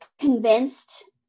convinced